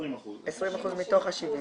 20% מתוך ה-70?